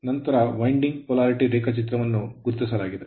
ನಂತರ windings polarity ಧ್ರುವಗಳನ್ನು ರೇಖಾಚಿತ್ರದಲ್ಲಿ ಗುರುತಿಸಲಾಗಿದೆ